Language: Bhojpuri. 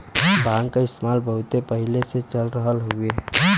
भांग क इस्तेमाल बहुत पहिले से चल रहल हउवे